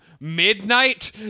midnight